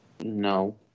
No